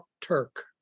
Turk